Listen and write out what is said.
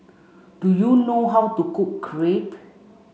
do you know how to cook Crepe